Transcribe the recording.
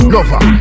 Lover